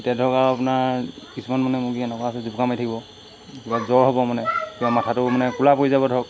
এতিয়া ধৰক আৰু আপোনাৰ কিছুমান মানে মুৰ্গী এনেকুৱাও আছে জুপুকা মাৰি থাকিব কিবা জ্বৰ হ'ব মানে কিবা মাথাটো মানে ক'লা পৰি যাব ধৰক